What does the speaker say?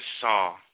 saw